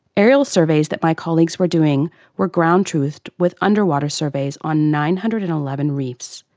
aerial surveys that my colleagues were doing were ground-truthed with underwater surveys on nine hundred and eleven reefs,